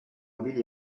mobiles